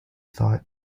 thought